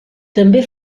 també